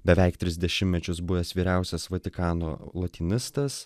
beveik tris dešimtmečius buvęs vyriausias vatikano lotynistas